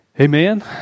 Amen